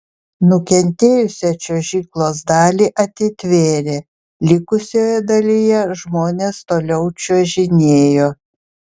nukentėjusią čiuožyklos dalį atitvėrė likusioje dalyje žmonės toliau čiuožinėjo